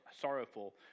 sorrowful